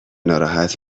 ناراحت